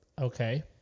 Okay